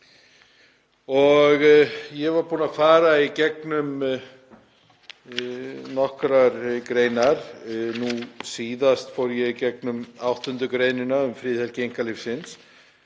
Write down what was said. Ég var búinn að fara í gegnum nokkrar greinar. Nú síðast fór ég í gegnum 8. gr. um friðhelgi einkalífsins.